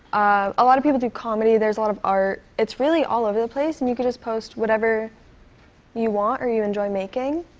a lotta people do comedy. there's a lot of art. it's really all over the place and you can just post whatever you want or you enjoy making.